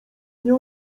nie